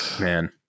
man